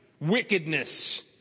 wickedness